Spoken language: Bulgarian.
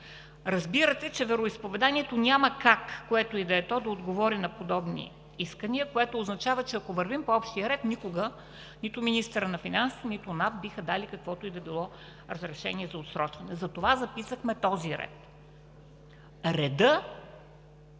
Разбирате, че вероизповеданието няма как, което и да е то, да отговори на подобни искания. Това означава, че ако вървим по общия ред, никога нито министърът на финансите, нито НАП биха дали каквото и да било разрешение за отсрочване. Затова записахме този ред. Редът